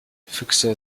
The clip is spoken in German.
füchse